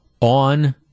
on